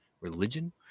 religion